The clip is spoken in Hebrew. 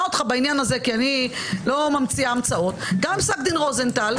אותך בעניין הזה כי אני לא ממציאה המצאות גם פסק דין רוזנטל,